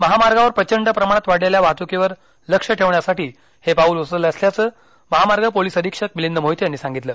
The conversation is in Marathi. महामार्गावर प्रचंड प्रमाणात वाढलेल्या वाहतुकीवर लक्ष ठेवण्यासाठी हे पाऊल उचललं असल्याचं महामार्ग पोलीस अधीक्षक मिलिंद मोहिते यांनी सांगितलं